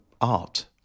art